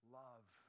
love